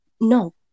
no